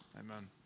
Amen